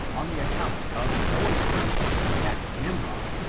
on the account of noah's curse that nimrod,